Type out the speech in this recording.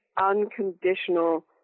unconditional